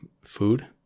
food